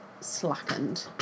slackened